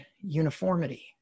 uniformity